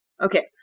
Okay